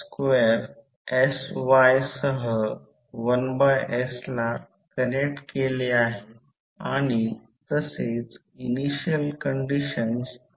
हा प्रॉब्लेम दिला आहे की K कपलिंग कोईफिशंट 0